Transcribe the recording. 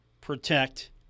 protect